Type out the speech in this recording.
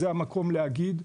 זה המקום להגיד,